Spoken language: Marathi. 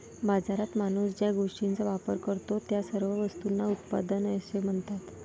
बाजारात माणूस ज्या गोष्टींचा वापर करतो, त्या सर्व वस्तूंना उत्पादने असे म्हणतात